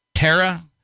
Tara